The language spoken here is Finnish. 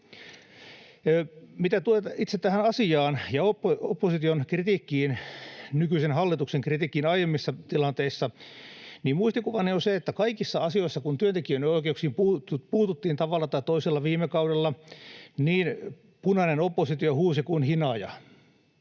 Mitä tulee itse tähän asiaan ja opposition, nykyisen hallituksen, kritiikkiin aiemmissa tilanteissa, niin muistikuvani on se, että kaikissa asioissa, kun työntekijän oikeuksiin puututtiin tavalla tai toisella viime kaudella, punainen oppositio huusi kuin hinaaja.